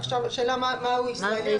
עכשיו, השאלה היא מהו ישראלי.